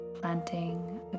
planting